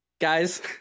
guys